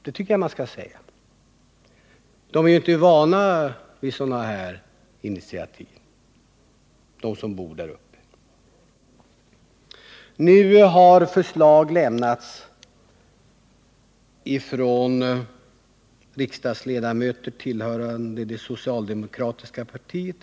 De som bor däruppe är ju inte vana vid sådana här satsningar.